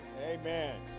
Amen